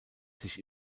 sich